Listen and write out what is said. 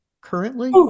currently